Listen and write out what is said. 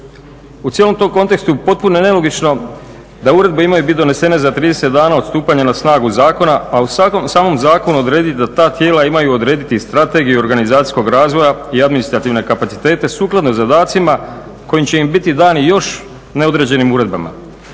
U cijelom tom kontekstu potpuno je nelogično da uredbe imaju biti donesene za 30 dana od stupanja na snagu zakona, a u samom zakonu odrediti da ta tijela imaju odrediti i strategiju organizacijskog razvoja i administrativne kapacitete sukladno zadacima kojim će im biti dani još neodređenim uredbama.